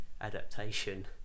adaptation